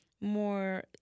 more